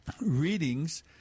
readings